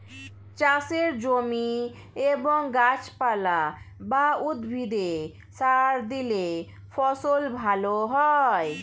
চাষের জমি এবং গাছপালা বা উদ্ভিদে সার দিলে ফসল ভালো হয়